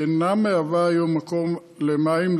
שאינה מהווה היום מקור למים,